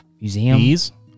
museum